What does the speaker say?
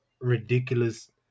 ridiculous